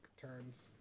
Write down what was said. turns